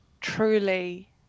truly